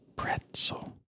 Pretzel